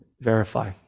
Verify